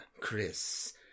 Chris